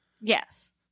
Yes